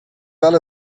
well